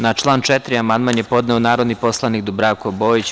Na član 4. amandman je podneo narodni poslanik Dubravko Bojić.